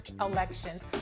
elections